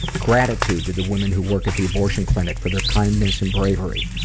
gratitude to the women who work at the abortion clinic for their kindness and bravery.